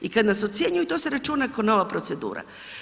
I kad nas ocjenjuju, to se računa kao nova procedura.